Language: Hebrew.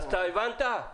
הבנת?